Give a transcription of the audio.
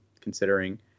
considering